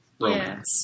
Yes